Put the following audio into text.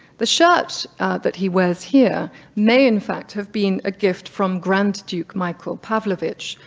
the shirt that he wears here may in fact have been a gift from grand duke michael pavlovich,